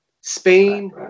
Spain